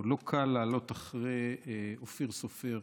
או לא קל, לעלות אחרי שאופיר סופר